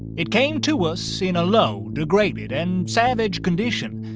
it came to us in a low, degraded and savage condition,